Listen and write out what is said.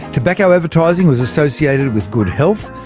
tobacco advertising was associated with good health,